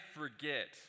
forget